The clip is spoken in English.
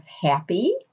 happy